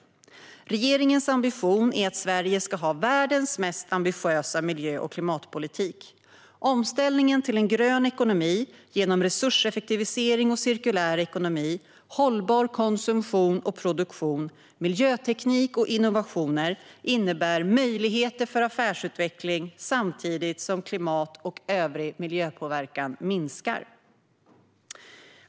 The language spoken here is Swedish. Regeringens ambition är att Sverige ska ha världens mest ambitiösa miljö och klimatpolitik. Omställningen till en grön ekonomi genom resurseffektivisering och cirkulär ekonomi, hållbar konsumtion och produktion, miljöteknik och innovationer innebär möjligheter för affärsutveckling samtidigt som klimat och övrig miljöpåverkan minskar.